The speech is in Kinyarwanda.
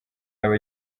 yaba